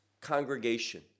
congregation